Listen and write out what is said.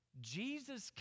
Jesus